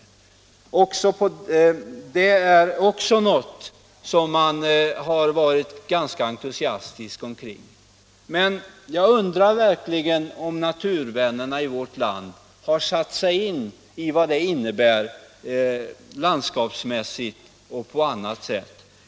Det är också något som man varit ganska entusiastisk inför, men jag undrar verkligen om naturvännerna i vårt land har satt sig in i vad det innebär landskapsmässigt och på annat sätt.